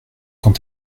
quand